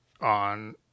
on